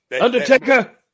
Undertaker